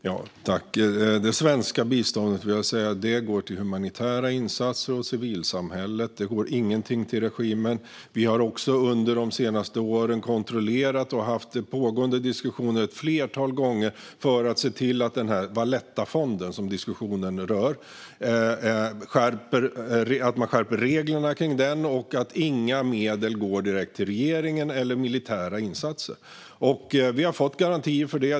Fru talman! Det svenska biståndet går till humanitära insatser och till civilsamhället. Ingenting går till regimen. Vi har också under de senaste åren ett flertal gånger kontrollerat och haft pågående diskussioner för att se till att man skärper reglerna kring Vallettafonden, som diskussionen rör, och att inga medel går direkt till regeringen eller till militära insatser. Vi har fått garantier för det.